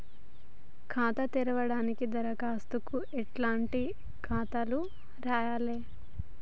ఖాతా తెరవడానికి దరఖాస్తుకు ఎట్లాంటి కాయితాలు రాయాలే?